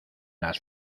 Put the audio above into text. las